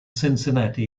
cincinnati